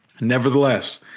Nevertheless